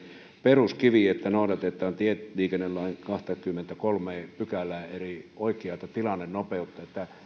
peruskivi että noudatetaan tieliikennelain kahdettakymmenettäkolmatta pykälää eli oikeata tilannenopeutta